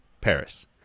Paris